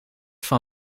van